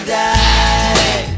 die